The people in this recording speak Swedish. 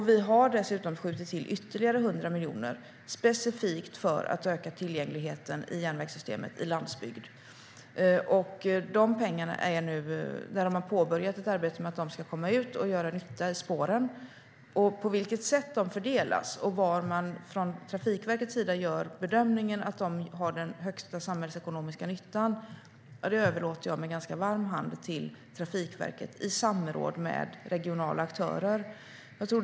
Vi har dessutom skjutit till ytterligare 100 miljoner specifikt för att öka tillgängligheten i järnvägssystemet på landsbygden. Man har nu påbörjat ett arbete med att dessa pengar ska betalas ut och göra nytta i spåren. På vilket sätt de fördelas och vilken bedömning Trafikverket gör av var pengarna gör den största samhällsekonomiska nyttan överlåter jag med varm hand till Trafikverket i samråd med regionala aktörer.